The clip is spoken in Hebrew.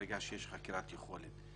ברגע שיש חקירת יכולת,